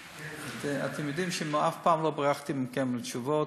אתם יודעים שאף פעם לא ברחתי מכם בתשובות,